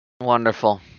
Wonderful